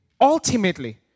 Ultimately